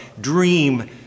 dream